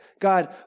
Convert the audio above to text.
God